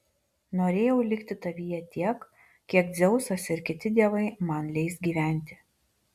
norėjau likti tavyje tiek kiek dzeusas ir kiti dievai man leis gyventi